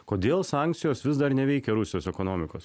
kodėl sankcijos vis dar neveikia rusijos ekonomikos